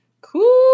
cool